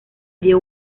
dio